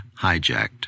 Hijacked